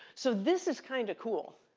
so this is kind of cool.